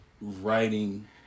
writing